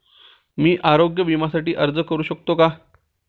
मी आरोग्य विम्यासाठी अर्ज करू शकतो का?